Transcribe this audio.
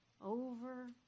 over